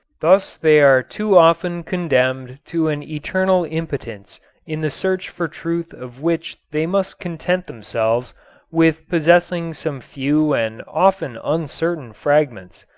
thus they are too often condemned to an eternal impotence in the search for truth of which they must content themselves with possessing some few and often uncertain fragments.